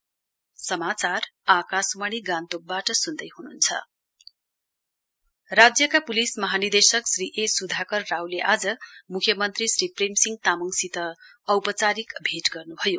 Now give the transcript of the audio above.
डि G P met C M राज्यका police महानिर्देशक Shri A Sudhakar रावले आज मुख्यमन्त्री श्री प्रेमसिंह तामङसित औपचारिक भेट गर्नुभयो